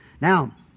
Now